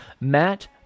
Matt